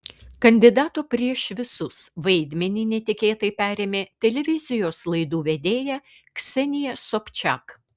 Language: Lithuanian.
kandidato prieš visus vaidmenį netikėtai perėmė televizijos laidų vedėja ksenija sobčiak